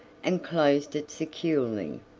and closed it securely.